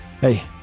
hey